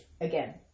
Again